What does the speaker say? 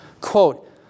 quote